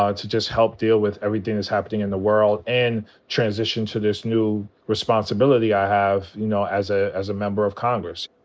ah to just help deal with everything that's happening in the world. and transition to this new responsibility i have, you know, as ah as a member of congress.